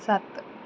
ਸੱਤ